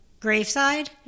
graveside